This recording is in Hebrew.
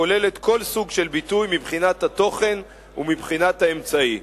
הכוללת כל סוג של ביטוי מבחינת התוכן ומבחינת האמצעי.